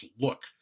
look